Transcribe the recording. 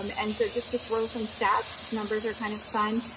um and so just to throw some stats, numbers are kind of fun,